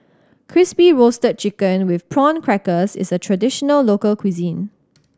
Crispy Roasted Chicken with Prawn Crackers is a traditional local cuisine